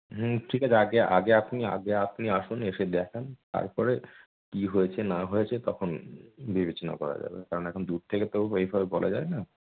হুম ঠিক আছে আগে আগে আপনি আগে আপনি আসুন এসে দেখান তারপরে কী হয়েছে না হয়েছে তখন বিবেচনা করা যাবে কারণ এখন দূর থেকে তো ওইভাবে বলা যায় না